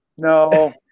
No